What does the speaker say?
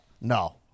No